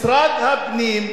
משרד הפנים,